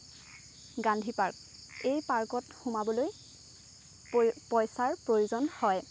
Gandhi park এই পাৰ্কত সোমাবলৈ পই পইচাৰ প্ৰয়োজন হয়